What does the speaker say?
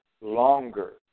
longer